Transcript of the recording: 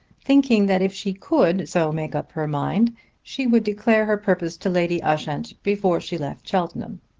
thinking that if she could so make up her mind she would declare her purpose to lady ushant before she left cheltenham.